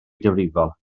difrifol